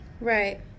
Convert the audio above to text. Right